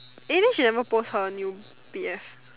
eh then she never post her new B_F